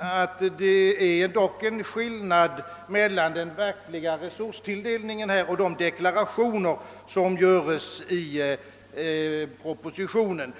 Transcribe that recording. att det är en reell skillnad mellan den verkliga resurstilldelningen och de deklarationer som görs i propositionen.